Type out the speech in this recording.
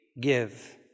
give